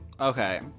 okay